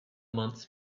months